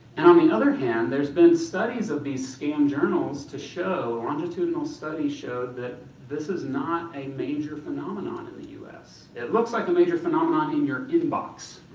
and on the other hand, there's been studies of the scam journals to show longitudinal studies show that this is not a major phenomenon in the us. it looks like a major phenomenon in your inbox.